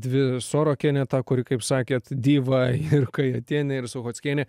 dvi sorokienė ta kuri kaip sakėt diva ir kajatienė ir suchockienė